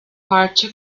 parça